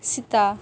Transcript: ᱥᱮᱛᱟ